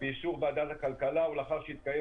באישור ועדת הכלכלה ולאחר שהתקיים